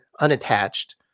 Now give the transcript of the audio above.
unattached